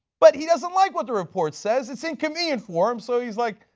but he doesn't like what the report says, it's inconvenient for him so he is like,